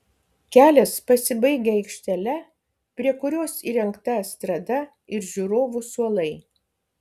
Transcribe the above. kelias pasibaigia aikštele prie kurios įrengta estrada ir žiūrovų suolai